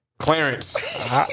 Clarence